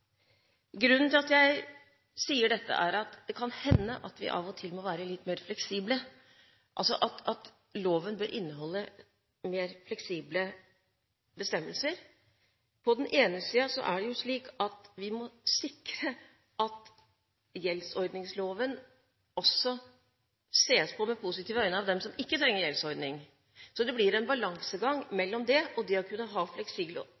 Grunnen til at jeg sier dette, er at det kan hende at vi av og til må være litt mer fleksible. Loven bør inneholde mer fleksible bestemmelser. Det er jo slik at vi må sikre at gjeldsordningsloven ses på med positive øyne også av dem som ikke trenger gjeldsordning. Det blir en balansegang mellom det og det å kunne ha